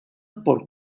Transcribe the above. por